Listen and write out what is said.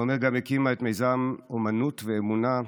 עומר גם הקימה את מיזם אומנות ואמונה,